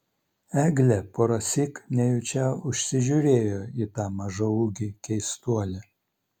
eglė porąsyk nejučia užsižiūrėjo į tą mažaūgį keistuolį